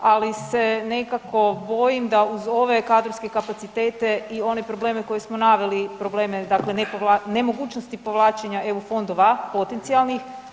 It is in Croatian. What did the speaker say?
Ali se nekako bojim da uz ove kadrovske kapacitete i one probleme koje smo naveli, dakle nemogućnosti povlačenja EU fondova potencijalnih.